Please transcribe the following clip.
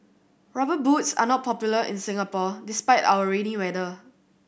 Rubber Boots are not popular in Singapore despite our rainy weather